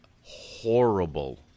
horrible